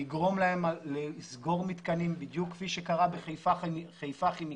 לגרום להם לסגור מתקנים בדיוק כפי שקרה בחיפה כימיקלים,